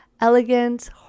elegant